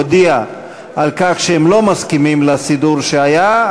הודיעה שהם לא מסכימים לסידור שהיה,